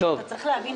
צריך להבין,